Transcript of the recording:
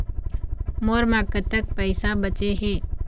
मोर म कतक पैसा बचे हे?